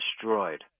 destroyed